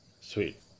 Sweet